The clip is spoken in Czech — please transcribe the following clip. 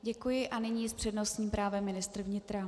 Děkuji a nyní s přednostním právem ministr vnitra.